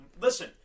Listen